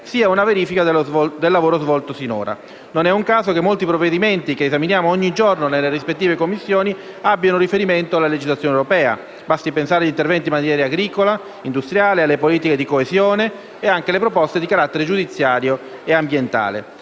sia una verifica del lavoro svolto finora. Non è un caso che molti provvedimenti che esaminiamo ogni giorno nelle rispettive Commissioni abbiano un riferimento alla legislazione europea: basti pensare agli interventi in materia agricola e industriale, alle politiche di coesione o anche alle proposte di carattere giudiziario e ambientale.